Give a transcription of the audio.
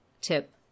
tip